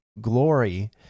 glory